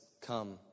Come